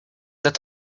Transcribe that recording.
that